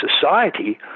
society